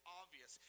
obvious